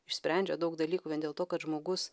išsprendžia daug dalykų vien dėl to kad žmogus